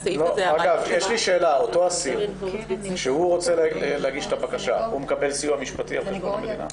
אותו אסיר שרוצה להגיש את הבקשה מקבל סיוע משפטי על חשבון המדינה?